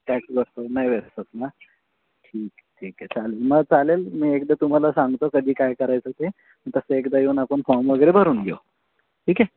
tax बसतो नाही बसत ना ठीक ठीक आहे चालेल मग चालेल मी एकदा तुम्हाला सांगतो कधी काय करायचं ते तसं एकदा येऊन आपण फॉम वगैरे भरून घेऊ ठीक आहे